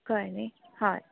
कळ्ळें न्ही हय